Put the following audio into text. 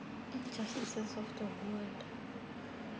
just assess of the word